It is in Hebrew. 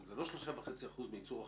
זה לא 3.5% מייצור החשמל,